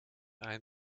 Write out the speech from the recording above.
einem